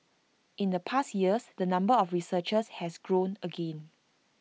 in the past years the number of researchers has grown again